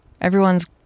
Everyone's